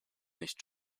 nicht